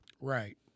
Right